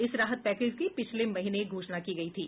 इस राहत पैकेज की पिछले महीने घोषणा की गई थी